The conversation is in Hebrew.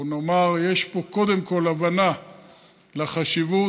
או נאמר: יש פה קודם כול הבנה של החשיבות.